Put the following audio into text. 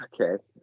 Okay